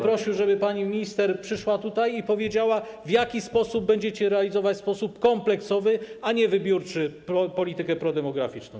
Prosiłbym, żeby pani minister przyszła tutaj i powiedziała, w jaki sposób będziecie realizować w sposób kompleksowy, a nie wybiórczy, politykę prodemograficzną.